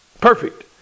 perfect